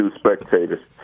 spectators